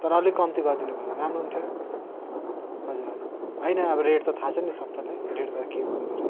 तर अलिक कम्ती गरिदिनु भए राम्रो हुन्थ्यो हजुर हजुर होइन अब रेट त थाहा छ नि सबैलाई रेट त के हो भनेर